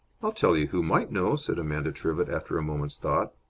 i'll tell you who might know, said amanda trivett, after a moment's thought.